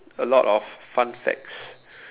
a lot of fun facts